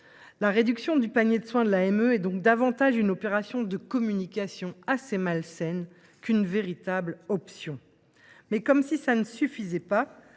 La réduction du panier de soins de l’AME est donc une opération de communication assez malsaine plutôt qu’une véritable option. Comme si cela ne suffisait pas,